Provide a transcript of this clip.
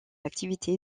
activité